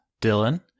Dylan